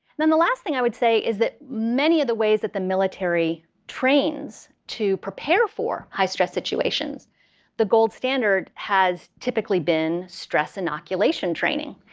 then the last thing i would say is that many of the ways that the military trains to prepare for high stress situations the gold standard has typically been stress inoculation training.